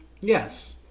Yes